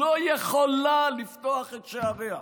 לא יכולה לפתוח את שעריה.